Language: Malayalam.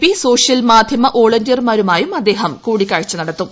പി സോഷ്യൽ മാധ്യമ വോളണ്ടിയറുമാരുമായും അദ്ദേഹം കൂടിക്കാഴ്ച നടത്തും